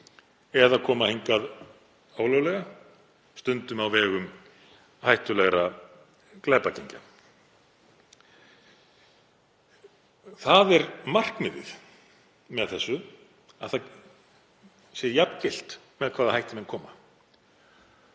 eða komið hingað ólöglega, stundum á vegum hættulegra glæpagengja. Það er markmiðið með þessu að það sé jafngilt með hvaða hætti menn koma.